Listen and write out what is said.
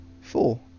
four